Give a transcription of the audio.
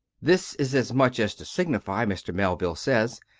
this is as much as to signify, mr. melville says,